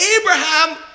Abraham